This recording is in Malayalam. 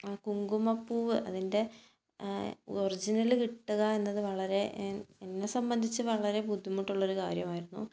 ആ കുങ്കുമപ്പൂവ് അതിൻ്റെ ഒറിജിനൽ കിട്ടുക എന്നത് വളരെ എന്നെ സംബന്ധിച്ച് വളരെ ബുദ്ധിമുട്ടുള്ള ഒരു കാര്യമായിരുന്നു